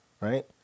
right